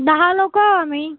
दहा लोकं आम्ही